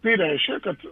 tai reiškia kad